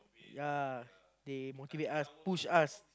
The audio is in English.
ya they motivate us push us